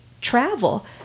Travel